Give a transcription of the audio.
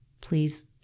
Please